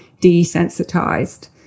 desensitized